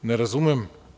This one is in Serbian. Ne razumem.